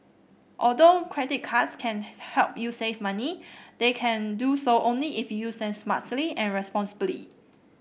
although credit cards can help you save money they can do so only if you use them smartly and responsibly